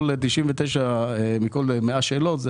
99 מכל 100 שאלות,